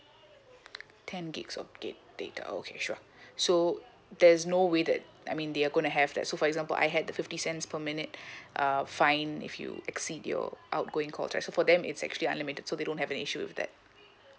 ten gigs of gig data okay sure so there's no way that I mean they're going to have that so for example I had fifty cents per minute uh fine if you exceed your outgoing calls right so for them it's actually unlimited so they don't have any issue with that